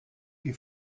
die